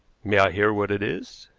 may i hear what it is?